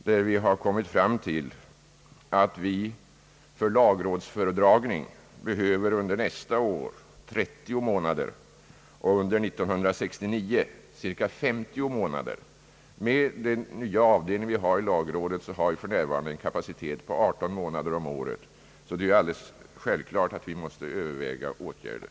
Vi kom under denna beredning fram till att vi för lagrådsföredragningar under nästa år behöver 30 månader och under 1969 cirka 50 månader. Med den nya avdelning lagrådet har fått har det en kapacitet på 18 månader om året. Det är alldeles självklart att vi måste överväga att vidta åtgärder.